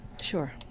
Sure